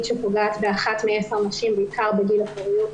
שפוגעת באחת מעשר נשים בעיקר בגיל הפוריות,